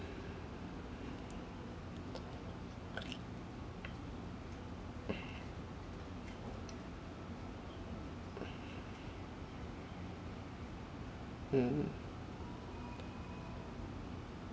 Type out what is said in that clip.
mm